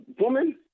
Woman